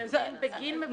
הם בגין מבקש הרישיון.